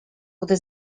gdy